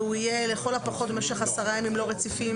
והוא יהיה לכל הפחות במשך 10 ימים לא רציפים.